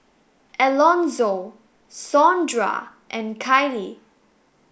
Elonzo Sondra and Kiley